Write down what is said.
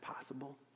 possible